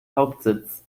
hauptsitz